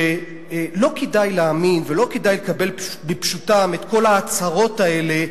שלא כדאי להאמין ולא כדאי לקבל כפשוטן את כל ההצהרות האלה,